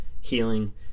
healing